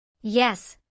Yes